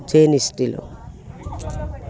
জেন এষ্টিল'